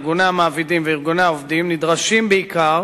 ארגוני המעבידים וארגוני העובדים נדרשים בעיקר